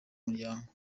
muryango